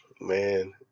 Man